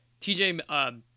TJ